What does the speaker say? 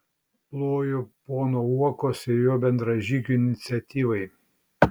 ploju pono uokos ir jo bendražygių iniciatyvai